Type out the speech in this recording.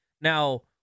Now